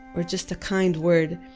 or just a kind word,